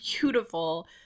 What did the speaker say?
beautiful